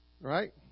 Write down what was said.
right